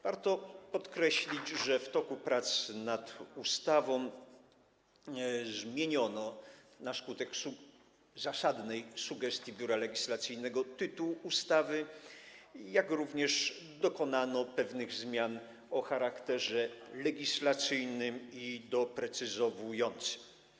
Warto podkreślić, że w toku prac nad ustawą zmieniono na skutek zasadnej sugestii Biura Legislacyjnego tytuł ustawy, a także dokonano pewnych zmian o charakterze legislacyjnym i doprecyzowującym.